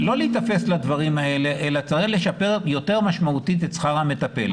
לא להיתפס לדברים האלה אלא צריך לשפר יותר משמעותית את שכר המטפלות.